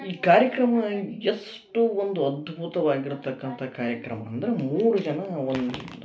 ಈ ಕಾರ್ಯಕ್ರಮ ಎಷ್ಟು ಒಂದು ಅದ್ಬುತವಾಗಿರತಕ್ಕಂಥ ಕಾರ್ಯಕ್ರಮ ಅಂದ್ರೆ ಮೂರು ಜನ ಒಂದು